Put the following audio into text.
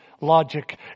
logic